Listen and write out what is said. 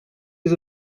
les